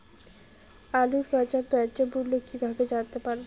আলুর বাজার ন্যায্য মূল্য কিভাবে জানতে পারবো?